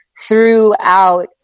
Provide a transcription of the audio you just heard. throughout